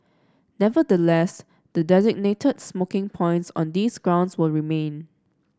nevertheless the designated smoking points on these grounds will remain